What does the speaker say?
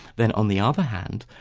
then on the other hand,